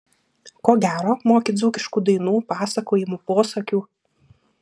ko gero moki dzūkiškų dainų pasakojimų posakių